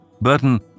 Burton